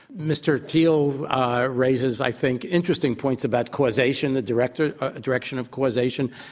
mr. thiel raises, i think, interesting points about causation, the direction ah direction of causation.